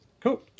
Cool